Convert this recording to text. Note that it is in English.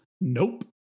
nope